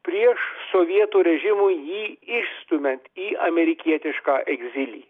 prieš sovietų režimui jį išstumiant į amerikietišką egzilį